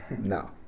no